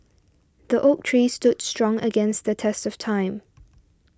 the oak tree stood strong against the test of time